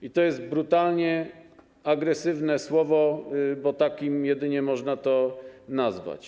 I to jest brutalnie agresywne słowo, bo takim jedynie można to nazwać.